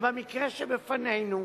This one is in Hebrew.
במקרה שלפנינו,